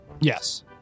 Yes